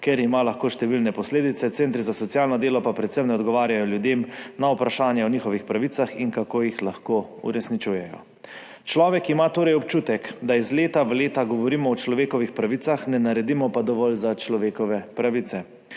kar ima lahko številne posledice, centri za socialno delo pa predvsem ne odgovarjajo ljudem na vprašanja o njihovih pravicah in kako jih lahko uresničujejo. Človek ima torej občutek, da iz leta v leto govorimo o človekovih pravicah, za njih pa ne naredimo pa dovolj. Izpostavil